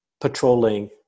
patrolling